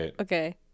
Okay